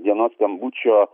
dienos skambučio